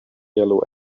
yellow